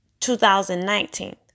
2019